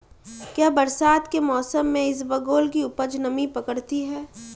क्या बरसात के मौसम में इसबगोल की उपज नमी पकड़ती है?